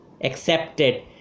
accepted